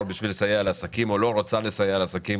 בשביל לסייע לעסקים או לא רוצה לסייע לעסקים